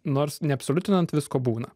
nors neabsoliutinant visko būna